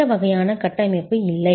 இந்த வகையான கட்டமைப்பு இல்லை